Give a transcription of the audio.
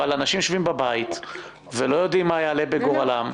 אבל אנשים יושבים בבית ולא יודעים מה יעלה בגורלם.